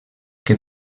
que